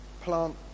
plant